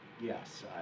yes